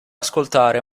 ascoltare